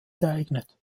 geeignet